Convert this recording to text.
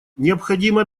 необходимо